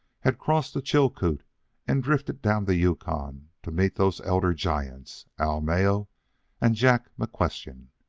had crossed the chilcoot and drifted down the yukon to meet those elder giants, al mayo and jack mcquestion.